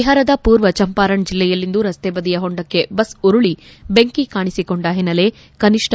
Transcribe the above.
ಬಿಹಾರದ ಪೂರ್ವ ಚಂಪಾರಣ್ ಜಿಲ್ಲೆಯಲ್ಲಿಂದು ರಸ್ತೆ ಬದಿಯ ಹೊಂಡಕ್ಕೆ ಬಸ್ ಉರುಳಿ ಬೆಂಕಿ ಕಾಣಿಸಿಕೊಂಡ ಹಿನ್ನೆಲೆ ಕನಿಷ್ನ